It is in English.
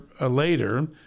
later